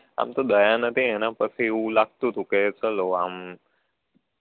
આમ તો દયા ન હતી એના પરથી એવું લાગતું હતું કે ચાલો આમ